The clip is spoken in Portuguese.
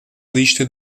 lista